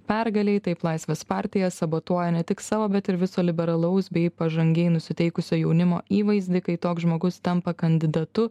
pergalei taip laisvės partija sabotuoja ne tik savo bet ir viso liberalaus bei pažangiai nusiteikusio jaunimo įvaizdį kai toks žmogus tampa kandidatu